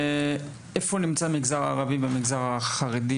איפה נמצא המגזר הערבי והמגזר החרדי,